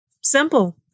Simple